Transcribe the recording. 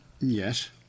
yes